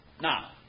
Now